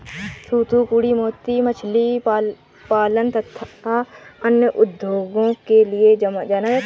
थूथूकुड़ी मोती मछली पालन तथा अन्य उद्योगों के लिए जाना जाता है